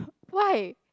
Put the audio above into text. why